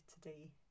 today